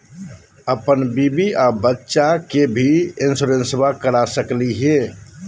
अपन बीबी आ बच्चा के भी इंसोरेंसबा करा सकली हय?